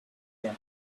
them